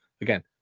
again